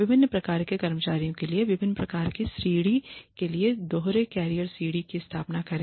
विभिन्न प्रकार के कर्मचारियों के लिए विभिन्न प्रकार के सीढ़ी के लिए दोहरे कैरियर सीढ़ी की स्थापना करना